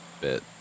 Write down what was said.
bit